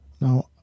Now